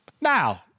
Now